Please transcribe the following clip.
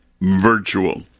virtual